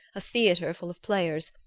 a theatre full of players,